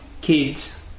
kids